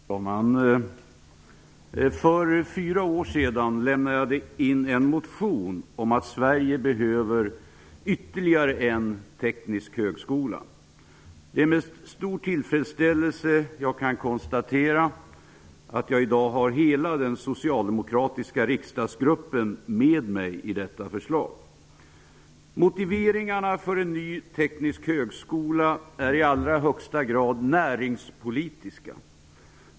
Herr talman! För fyra år sedan lämnade jag in en motion om att vi i Sverige behöver ytterligare en teknisk högskola. Det är med stor tillfredsställelse jag kan konstatera att jag i dag har hela den socialdemokratiska riksdagsgruppen med mig i detta förslag. Motiveringarna för en ny teknisk högskola är i allra högsta grad näringspolitiska.